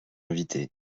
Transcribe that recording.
invité